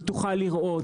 היא תוכל לראות,